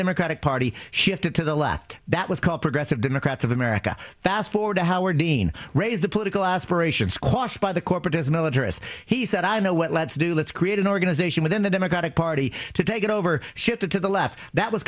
democratic party shifted to the left that was called progressive democrats of america fast forward to howard dean raise the political aspirations squashed by the corporatism militarist he said i know what let's do let's create an organization within the democratic party to take it over shifted to the left that was